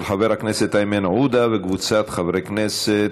של חברת הכנסת איימן עודה וקבוצת חברי הכנסת.